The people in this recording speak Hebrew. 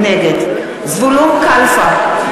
נגד זבולון קלפה,